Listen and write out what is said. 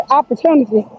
opportunity